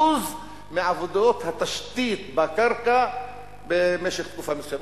מעבודות התשתית בקרקע במשך תקופה מסוימת.